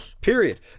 period